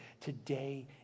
Today